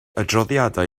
adroddiadau